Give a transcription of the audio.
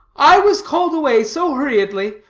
i was called away so hurriedly,